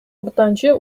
уртанчы